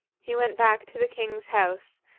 he went back to the king's house,